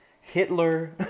Hitler